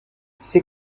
ces